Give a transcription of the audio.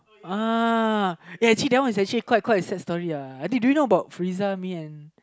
uh ya actually that one is quite quite a sad story do you know about Friza me and